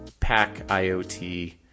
PackIoT